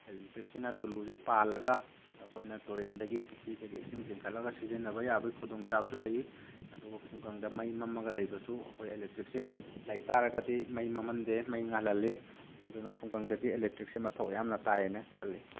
ꯏꯂꯦꯛꯇ꯭ꯔꯤꯛꯁꯤꯅ ꯇꯨꯂꯨꯁꯦ ꯄꯥꯜꯂꯒ ꯑꯩꯈꯣꯏꯅ ꯇꯣꯔꯦꯟꯗꯒꯤ ꯄꯨꯈ꯭ꯔꯤꯗꯒꯤ ꯏꯁꯤꯡ ꯆꯤꯡꯈꯠꯂꯒ ꯁꯤꯖꯤꯟꯅꯕ ꯌꯥꯕꯒꯤ ꯈꯨꯗꯣꯡꯆꯥꯕꯁꯨ ꯂꯩ ꯑꯗꯨꯒ ꯈꯨꯡꯒꯪꯗ ꯃꯩ ꯃꯝꯃꯒ ꯂꯩꯕꯁꯨ ꯑꯩꯈꯣꯏ ꯏꯂꯦꯛꯇ꯭ꯔꯤꯛꯁꯦ ꯂꯩꯇꯥꯔꯒꯗꯤ ꯃꯩ ꯃꯝꯍꯟꯗꯦ ꯃꯩ ꯉꯥꯜꯍꯟꯂꯤ ꯑꯗꯨꯅ ꯈꯨꯡꯒꯪꯗꯗꯤ ꯏꯂꯦꯛꯇ꯭ꯔꯤꯛꯁꯦ ꯃꯊꯧ ꯌꯥꯝꯅ ꯇꯥꯏꯌꯦꯅ ꯈꯜꯂꯤ